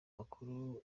makuru